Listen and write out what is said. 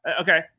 okay